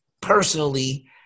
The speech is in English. personally